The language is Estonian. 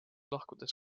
lahkudes